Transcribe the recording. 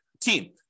team